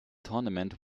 tournament